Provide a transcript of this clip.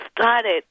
started